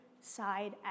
side